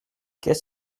qu’est